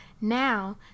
now